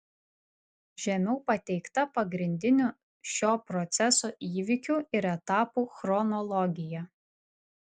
žemiau pateikta pagrindinių šio proceso įvykių ir etapų chronologija